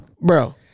Bro